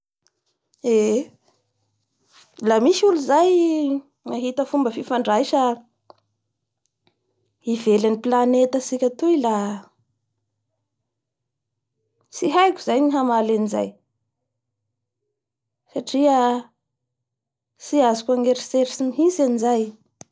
Eee laha misy olo zay mahita fomba fifandraisa ivelan'ny paneta tsika toy la tsy haiko zay ny hamay anizay satria tsy azoko aneritserisy mihintsy anizay.